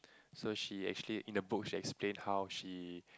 so she actually in the book she explained how she